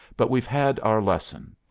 but we've had our lesson.